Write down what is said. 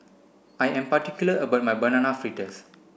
I am particular about my banana fritters